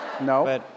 no